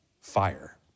fire